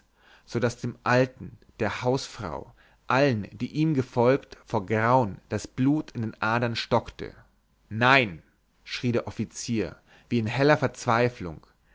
so daß dem alten der hausfrau allen die ihm gefolgt vor grauen das blut in den adern stockte nein schrie der offizier wie in heller verzweiflung